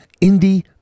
Indie